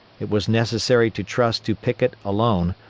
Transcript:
it was necessary to trust to pickett alone,